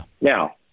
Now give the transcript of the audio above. Now